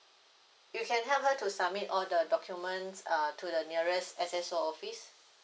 you can help her to submit all the documents uh to the nearest S_S_O office